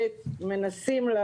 איכות הסביבה נמצאים?